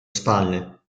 spalle